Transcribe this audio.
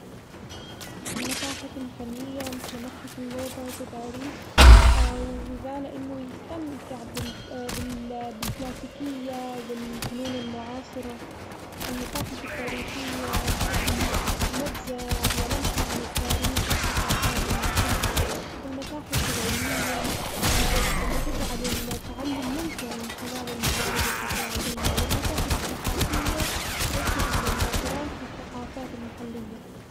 المتاحف الفنية مثل متحف اللوفر بباريس، وذا لإنه يستمتع بالف- بالكلاسيكية والفنون المعاصرة المتاحف التاريخية تقدم نبذة ولمحة عن التاريخ والثقافات المختلفة والمتاحف العلمية اللي تجعل التعلم ممتع من خلال المعارض التفاعلية والمتاحف الثقافية تركز على التراث والثقافات المحلية.